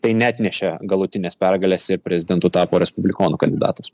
tai neatnešė galutinės pergalės ir prezidentu tapo respublikonų kandidatas